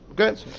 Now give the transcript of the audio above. Okay